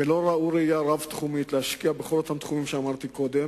ולא ראו ראייה רב-תחומית להשקיע בכל אותם תחומים שאמרתי קודם,